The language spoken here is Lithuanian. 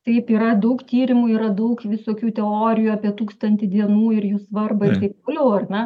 taip yra daug tyrimų yra daug visokių teorijų apie tūkstantį dienų ir jų svarbą ir taip toliau ar ne